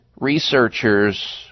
researchers